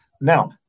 Now